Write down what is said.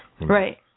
Right